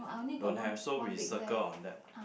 don't have so we circle on that